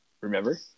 remember